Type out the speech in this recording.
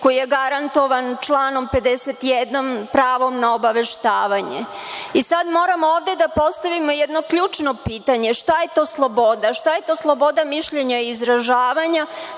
koji je garantovan članom 51. pravom na obaveštavanje. Sada moramo ovde da postavimo jedno ključno pitanje, šta je to sloboda, šta je to sloboda mišljenja i izražavanja